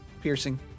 Piercing